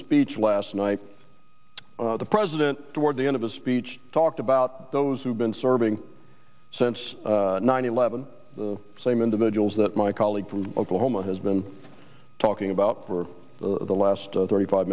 speech last night the president toward the end of his speech talked about those who've been serving since nine eleven the same individuals that my colleague from oklahoma has been talking about for the last thirty five